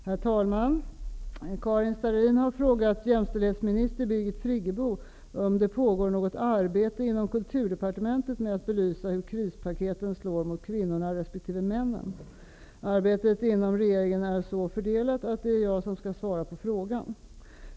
Herr talman! Karin Starrin har frågat jämställdhetsminister Birgit Friggebo om det pågår något arbete inom Kulturdepartementet med att belysa hur krispaketen slår mot kvinnorna resp. Arbetet inom regeringen är så fördelat att det är jag som skall svara på frågan.